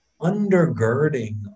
undergirding